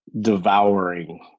devouring